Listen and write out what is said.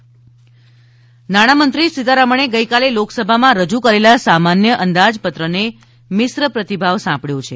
budget પ્રતિભાવ નાણામંત્રી સીતારમણે ગઇકાલે લોકસભામાં રજુ કરેલા સામાન્ય અંદાજપત્રને મિશ્ર પ્રતિભાવ સાંપડયો છે